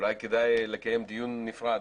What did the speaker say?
אולי כדאי לקיים דיון נפרד